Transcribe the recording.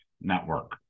Network